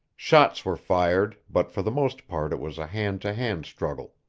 shots were fired, but for the most part it was a hand-to-hand struggle.